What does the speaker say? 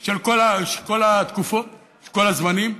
של כל התקופות, של כל הזמנים,